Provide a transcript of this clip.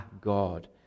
God